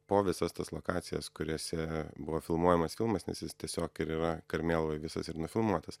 po visas tas lokacijas kuriose buvo filmuojamas filmas nes jis tiesiog ir yra karmėlavoj visas ir nufilmuotas